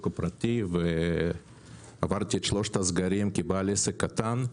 הפרטי ועברתי את שלושת הסגרים כבעל עסק קטן.